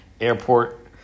airport